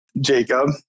Jacob